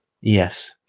Yes